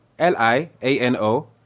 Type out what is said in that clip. L-I-A-N-O